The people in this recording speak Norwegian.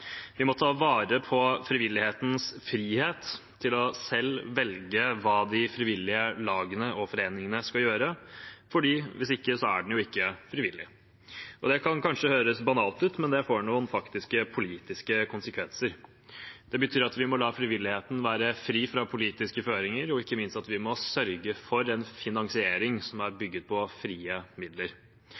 Vi må ta vare på frivillighetens frihet til selv å velge hva de frivillige lagene og foreningene skal gjøre, for hvis ikke er den ikke frivillig. Det kan kanskje høres banalt ut, men det får noen faktiske politiske konsekvenser. Det betyr at vi må la frivilligheten være fri fra politiske føringer, og ikke minst må vi sørge for en finansering som er bygget på frie midler.